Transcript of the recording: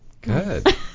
Good